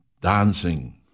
dancing